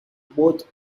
both